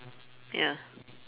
ya